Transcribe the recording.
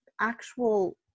actual